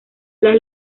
las